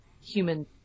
human